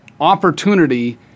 opportunity